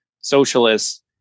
socialists